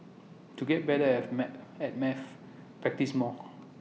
to get better of my at maths practise more